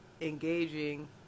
engaging